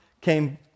came